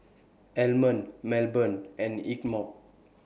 Almond Melbourne and Ingeborg